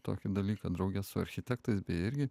tokį dalyką drauge su architektais beje irgi